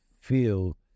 feel